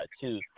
two